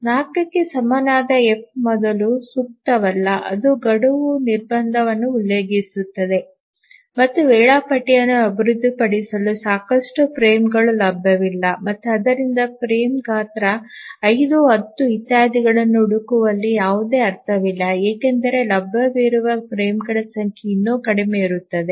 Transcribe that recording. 4 ಕ್ಕೆ ಸಮನಾದ ಎಫ್ ಮೊದಲು ಸೂಕ್ತವಲ್ಲ ಅದು ಗಡುವು ನಿರ್ಬಂಧವನ್ನು ಉಲ್ಲಂಘಿಸುತ್ತದೆ ಮತ್ತು ವೇಳಾಪಟ್ಟಿಯನ್ನು ಅಭಿವೃದ್ಧಿಪಡಿಸಲು ಸಾಕಷ್ಟು ಫ್ರೇಮ್ಗಳು ಲಭ್ಯವಿಲ್ಲ ಮತ್ತು ಆದ್ದರಿಂದ ಫ್ರೇಮ್ ಗಾತ್ರ 5 10 ಇತ್ಯಾದಿಗಳನ್ನು ಹುಡುಕುವಲ್ಲಿ ಯಾವುದೇ ಅರ್ಥವಿಲ್ಲ ಏಕೆಂದರೆ ಲಭ್ಯವಿರುವ ಫ್ರೇಮ್ಗಳ ಸಂಖ್ಯೆ ಇನ್ನೂ ಕಡಿಮೆ ಇರುತ್ತದೆ